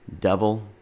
devil